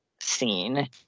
scene